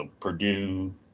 Purdue